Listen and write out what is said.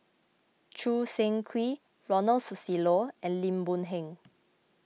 Choo Seng Quee Ronald Susilo and Lim Boon Heng